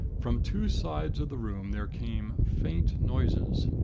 from two sides of the room there came faint noises.